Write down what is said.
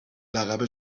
لقب